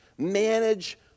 manage